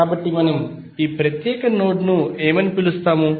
కాబట్టి మనము ఈ ప్రత్యేక నోడ్ అని పిలుస్తాము